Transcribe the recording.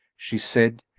she said,